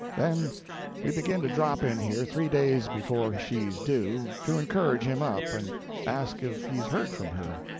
then we begin to drop in here, three days before she's due, to encourage him up, and ask if he's heard from her,